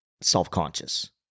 self-conscious